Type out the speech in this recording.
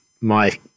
my-